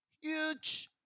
Huge